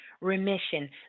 remission